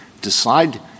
decide